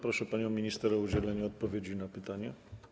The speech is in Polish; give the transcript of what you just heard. Proszę panią minister o udzielenie odpowiedzi na pytanie.